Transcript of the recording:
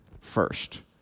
first